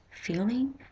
feeling